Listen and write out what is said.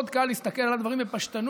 מאוד קל להסתכל על הדברים בפשטנות,